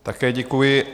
Také děkuji.